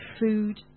food